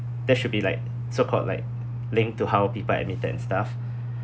there should be like so-called like link to how people admitted and stuff